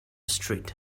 street